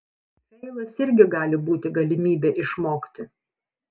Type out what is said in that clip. feilas irgi gali būti galimybė išmokti